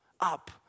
up